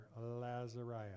Lazariah